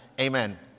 Amen